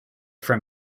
from